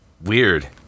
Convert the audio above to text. Weird